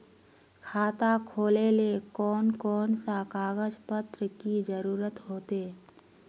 खाता खोलेले कौन कौन सा कागज पत्र की जरूरत होते?